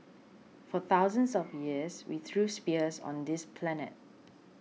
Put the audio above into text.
for thousands of years we threw spears on this planet